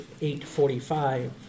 845